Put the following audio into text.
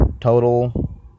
total